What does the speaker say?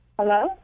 Hello